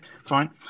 fine